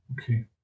Okay